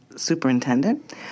superintendent